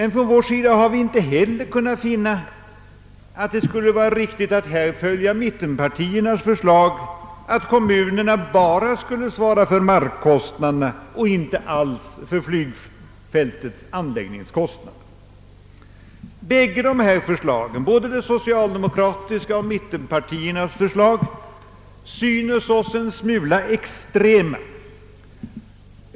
På vår sida har vi inte heller kunnat finna att det skulle vara riktigt att här följa mitten 'partiernas förslag att kommunerna bara skulle svara för markkostnaderna och inte alls för flygfältets anläggningskost nad. Både det socialdemokratiska förslaget och mittenpartiernas förslag synes oss en smula extrema.